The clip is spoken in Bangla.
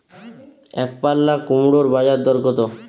একপাল্লা কুমড়োর বাজার দর কত?